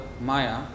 Maya